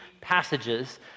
passages